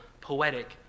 poetic